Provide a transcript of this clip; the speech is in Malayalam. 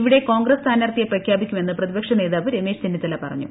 ഇവിടെ കോൺഗ്രസ് സ്ഥാനാർത്ഥിയെ പ്രഖ്യാപിക്കുമെന്ന് പ്രതിപക്ഷ നേതാവ് രമേശ് ചെന്നിത്തല പറഞ്ഞു